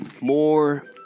More